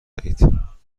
دهید